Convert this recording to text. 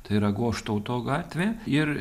tai yra goštauto gatvė ir